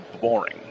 boring